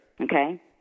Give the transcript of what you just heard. okay